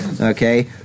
okay